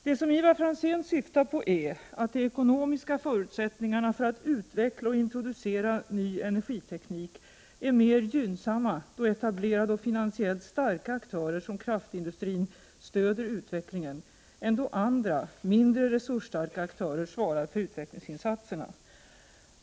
Det som Ivar Franzén syftar på är att de ekonomiska förutsättningarna för att utveckla och introducera ny energiteknik är mer gynnsamma då etablerade och finansiellt starka aktörer som kraftindustrin stöder utvecklingen än då andra, mindre resursstarka aktörer svarar för utvecklingsinsatserna.